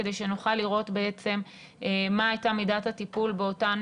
כדי שנוכל לראות בעצם מה הייתה מידת הטיפול באותן